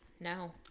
No